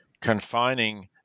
confining